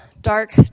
dark